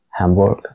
Hamburg